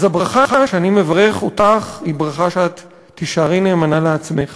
אז הברכה שאני מברך אותך היא שתישארי נאמנה לעצמך